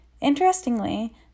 Interestingly